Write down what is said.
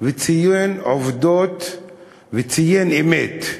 וציין עובדות וציין אמת.